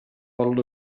waddled